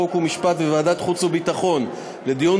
חוק ומשפט וועדת החוץ והביטחון לדיון